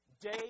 Day